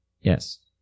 Yes